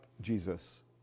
Jesus